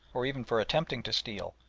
or even for attempting to steal,